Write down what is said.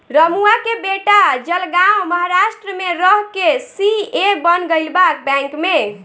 रमुआ के बेटा जलगांव महाराष्ट्र में रह के सी.ए बन गईल बा बैंक में